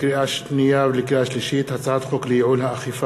לקריאה שנייה ולקריאה שלישית: הצעת חוק לייעול האכיפה